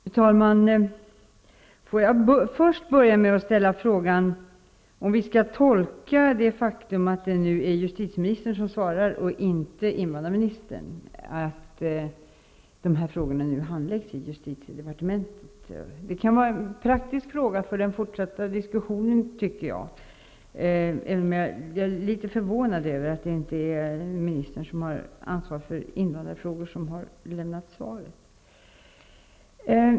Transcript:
Fru talman! Får jag börja med att fråga om vi skall tolka det faktum att det nu är justitieministern som svarar, och inte invandrarministern, som att dessa frågor nu handläggs i justitiedepartementet. Det kan vara praktiskt att veta inför den fortsatta diskussionen. Jag är litet förvånad över att det inte är ministern som har ansvar för invandrarfrågor som har lämnat svaret.